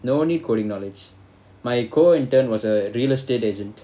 the only coding knowledge my co intern was a real estate agent